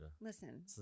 Listen